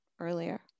earlier